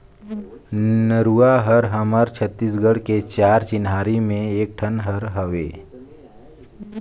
नरूवा हर हमर छत्तीसगढ़ के चार चिन्हारी में एक ठन हर हवे